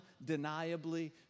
undeniably